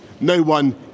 no-one